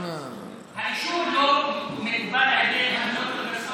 האישור לא מקובל על האוניברסיטאות.